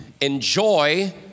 enjoy